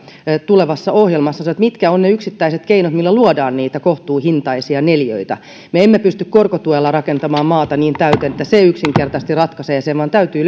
tulevassa ohjelmassa pohtia on se että mitkä ovat ne yksittäiset keinot millä luodaan niitä kohtuuhintaisia neliöitä me emme pysty korkotuella rakentamaan maata niin täyteen että se yksinkertaisesti ratkaisee sen vaan täytyy